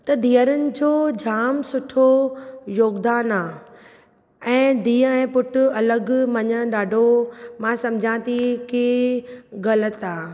त धीअरुनि जो जाम सुठो योगदान आहे ऐं धीअ ऐं पुटु अलॻि मञणु ॾाढो मां सम्झा थी की ग़लति आहे